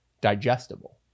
digestible